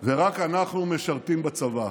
ורק אנחנו משרתים בצבא.